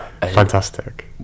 fantastic